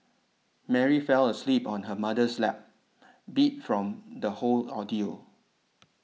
Mary fell asleep on her mother's lap beat from the whole ordeal